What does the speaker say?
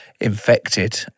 infected